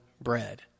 bread